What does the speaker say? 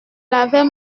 l’avais